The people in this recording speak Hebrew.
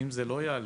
אם זה לא יעלה,